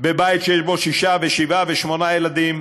בבית שיש בו שישה, שבעה או שמונה ילדים,